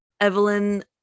Evelyn